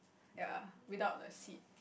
ya without the seat